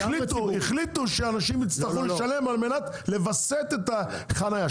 החליטו שאנשים יצטרכו לשלם על מנת לווסת את החנייה.